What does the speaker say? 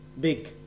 big